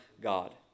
God